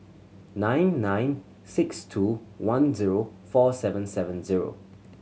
nine nine six two one zero four seven seven zero